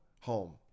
home